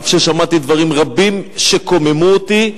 אף ששמעתי דברים רבים שקוממו אותי.